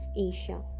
Asia